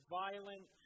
violent